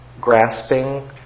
grasping